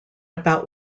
about